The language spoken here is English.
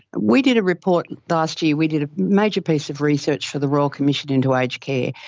we did a report last year, we did a major piece of research for the royal commission into aged care,